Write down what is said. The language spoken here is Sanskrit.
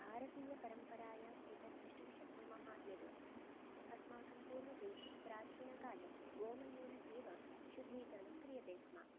भारतीयपरम्परायाम् एतद्द्रष्टुं शक्नुमः यत् अस्माकं पूर्वजैः प्राचीनकाले गोमयेन एव शुद्धीकरणं क्रियते स्म